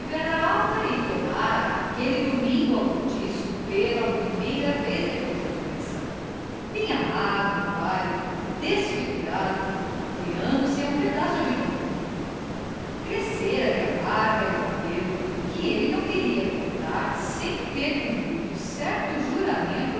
e tornara aquele domingo ao cortiço pela primeira vez depois da doença vinha magro pálido desfigurado apoiando-se a um pedaço de bambu crescera lhe a barba e o cabelo que ele não queria cortar sem ter cumprido certo juramento